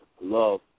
love